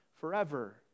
forever